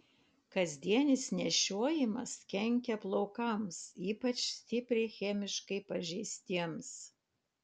kasdienis nešiojimas kenkia plaukams ypač stipriai chemiškai pažeistiems